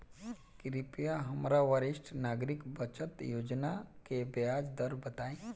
कृपया हमरा वरिष्ठ नागरिक बचत योजना के ब्याज दर बताई